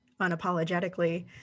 unapologetically